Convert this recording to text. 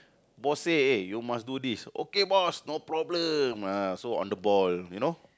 boss say eh you must do this okay boss no problem ah so on the ball you know